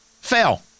Fail